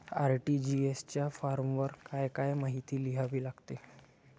RTGS च्या फॉर्मवर काय काय माहिती लिहावी लागते?